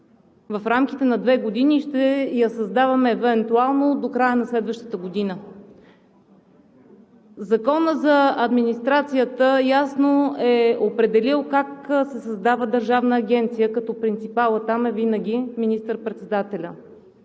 в рамките на две години – евентуално до края на следващата година. Законът за администрацията ясно е определил как се създава държавна агенция, като принципал там винаги е министър-председателят.